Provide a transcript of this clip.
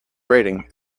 rating